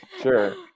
Sure